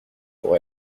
pour